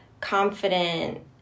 confident